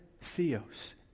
Theos